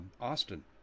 Austin